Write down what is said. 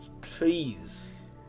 Please